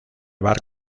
bar